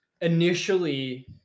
initially